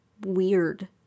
weird